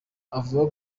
avuga